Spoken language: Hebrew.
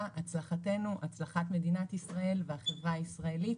הצלחתך-הצלחתנו-הצלחת מדינת ישראל והחברה הישראלית.